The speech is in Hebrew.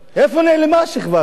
איפה נעלמה השכבה הזאת?